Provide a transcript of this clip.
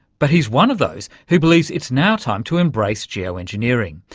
but he's one of those who believes it's now time to embrace geo-engineering,